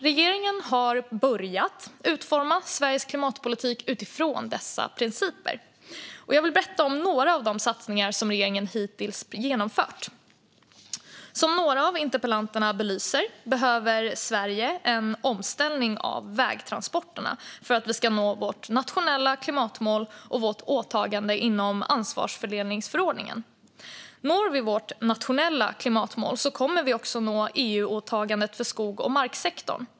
Regeringen har börjat utforma Sveriges klimatpolitik utifrån dessa principer. Jag vill berätta om några av de satsningar som regeringen hittills genomfört. Som några av interpellationerna belyser behöver Sverige en omställning av vägtransporterna för att vi ska nå vårt nationella klimatmål och vårt åtagande inom ansvarsfördelningsförordningen. Når vi vårt nationella klimatmål kommer vi också att nå EU-åtagandet för skog och marksektorn.